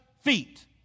feet